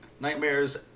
nightmares